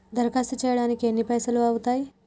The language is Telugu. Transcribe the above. దరఖాస్తు చేయడానికి ఎన్ని పైసలు అవుతయీ?